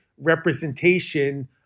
representation